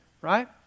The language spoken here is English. right